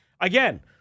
again